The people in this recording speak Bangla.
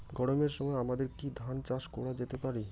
গরমের সময় আমাদের কি ধান চাষ করা যেতে পারি?